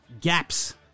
gaps